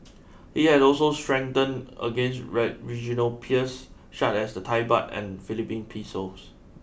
it has also strengthened against regional peers such as the Thai baht and Philippine pesos